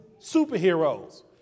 superheroes